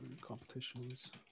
Competitions